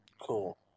Cool